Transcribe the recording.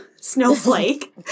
Snowflake